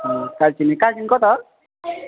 कालचिनी कता हो